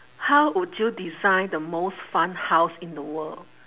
how would you design the most fun house in the world